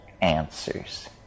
answers